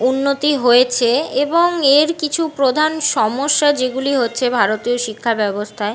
উন্নতি হয়েছে এবং এর কিছু প্রধান সমস্যা যেগুলি হচ্ছে ভারতীয় শিক্ষা ব্যবস্থায়